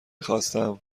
خواستم